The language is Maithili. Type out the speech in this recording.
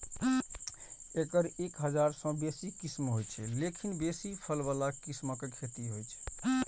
एकर एक हजार सं बेसी किस्म होइ छै, लेकिन बेसी फल बला किस्मक खेती होइ छै